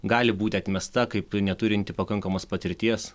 gali būti atmesta kaip neturinti pakankamos patirties